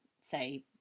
say